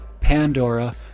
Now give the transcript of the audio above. Pandora